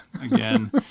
again